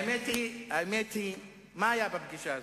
האמת היא, מה היה בפגישה הזו?